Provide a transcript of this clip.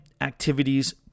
activities